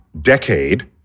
decade